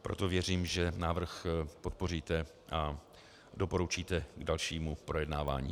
Proto věřím, že návrh podpoříte a doporučíte k dalšímu projednávání.